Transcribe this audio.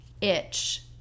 itch